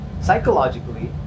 psychologically